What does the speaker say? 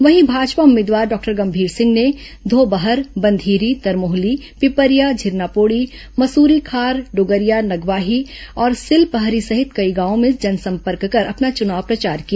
वहीं भाजपा उम्मीदवार डॉक्टर गंभीर सिंह ने धोबहर बंधीरी दरमोहली पिपरिया झिरनापोड़ी मसूरीखार डोगरिया नगवाही और सिलपहरी सहित कई गांवों में जनसंपर्क कर अपना चुनाव प्रचार किया